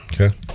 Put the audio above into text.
Okay